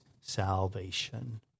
salvation